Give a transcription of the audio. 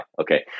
Okay